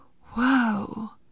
whoa